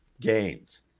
gains